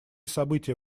события